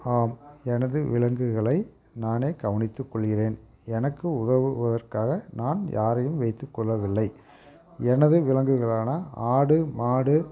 ஆம் எனது விலங்குகளை நானே கவனித்துக் கொள்கிறேன் எனக்கு உதவுவதற்காக நான் யாரையும் வைத்துக்கொள்ளவில்லை எனது விலங்குகளான ஆடு மாடு